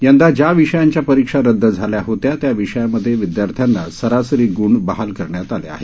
यंदा ज्या विषयांच्या परिक्षा रद्द झाल्या होत्या त्या विषयामध्ये विद्यार्थ्यांना सरासरी ग्ण बहाल करण्यात आले आहेत